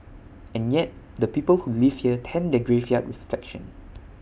and yet the people who live here tend their graveyard with flection